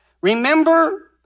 Remember